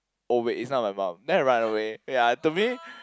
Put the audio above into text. oh wait it's not my mum then I run away ya to me